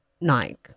Nike